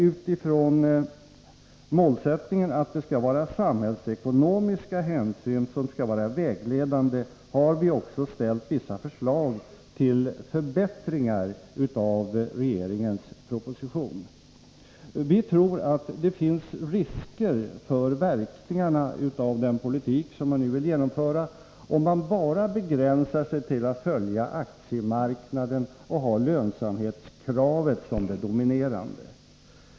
Utifrån målsättningen att det skall vara samhällsekonomiska hänsyn som skall vara vägledande har vi ställt vissa förslag till förbättringar av regeringens proposition. Vi tror att det finns risker för verkningarna av den politik som man nu vill genomföra, om man bara begränsar sig till att följa aktiemarknaden och ha lönsamhetskravet som det dominerande.